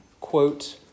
quote